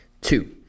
Two